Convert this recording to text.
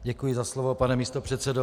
Děkuji za slovo, pane místopředsedo.